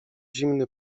zimny